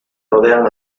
rodean